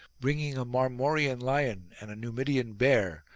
bringing a marmorian lion and a numidian bear,